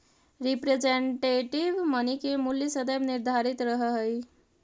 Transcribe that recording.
representative money के मूल्य सदैव निर्धारित रहऽ हई